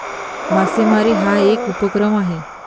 मासेमारी हा एक उपक्रम आहे